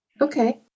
Okay